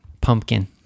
pumpkin